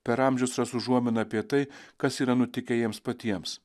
per amžius ras užuominą apie tai kas yra nutikę jiems patiems